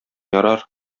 ярар